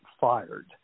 fired